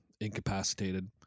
incapacitated